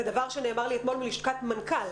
זה דבר שנאמר לי אתמול מלשכת מנכ"ל.